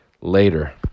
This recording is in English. Later